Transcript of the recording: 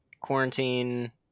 quarantine